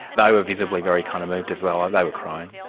they were visibly very kind of moved as well. ah they were crying.